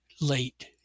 late